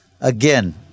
Again